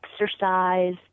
exercise